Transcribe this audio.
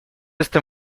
este